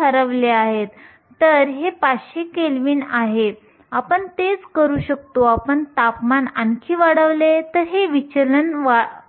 जेव्हा आपण अभिव्यक्ती पुन्हा लिहू शकतो n p म्हणजे ni2 होय जे